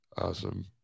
Awesome